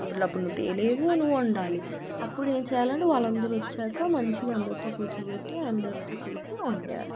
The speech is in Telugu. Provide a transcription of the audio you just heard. అప్పుట్లో అప్పుడు నువ్వు తేలేవు నువ్వు అప్పుడు ఏం చేయాలంటే వాళ్ళందరూ వచ్చాక మంచిగా అందరితో కూర్చోబెట్టి అందరితో చేసి వండేయాలి